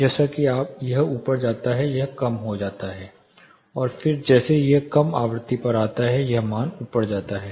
जैसा कि यह ऊपर जाता है यह कम हो जाता है और फिर जैसे ही यह कम आवृत्ति पर आता है यह मान ऊपर जाता है